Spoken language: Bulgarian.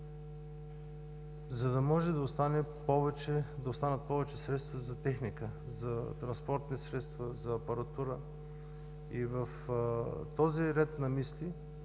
за да може да останат повече средства за техника, за транспортни средства, за апаратура. В този ред на мисли,